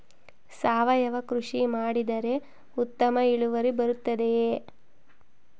ಸಾವಯುವ ಕೃಷಿ ಮಾಡಿದರೆ ಉತ್ತಮ ಇಳುವರಿ ಬರುತ್ತದೆಯೇ?